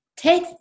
Take